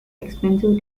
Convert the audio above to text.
expensive